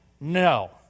No